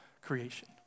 creation